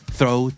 Throw